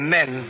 Men